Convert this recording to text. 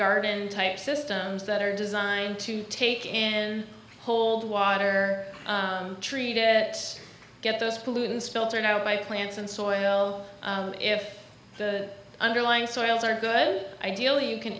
garden type systems that are designed to take in cold water treat it get those pollutants filtered out by plants and soil if the underlying soils are good ideally you can